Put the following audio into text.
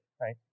right